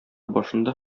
башында